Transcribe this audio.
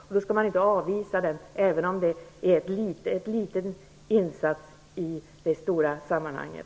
Därför skall man inte avvisa insatsen, även om den är liten i det stora sammanhanget.